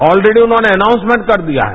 already उन्होंने announcement कर दिया है